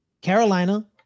Carolina